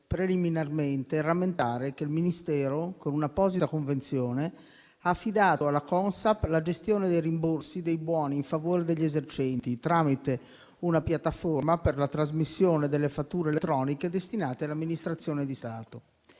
preliminarmente rammentare che il Ministero, con un'apposita convenzione, ha affidato alla Consap la gestione dei rimborsi dei buoni in favore degli esercenti tramite una piattaforma per la trasmissione delle fatture elettroniche destinate all'amministrazione di Stato.